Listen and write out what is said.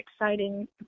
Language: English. exciting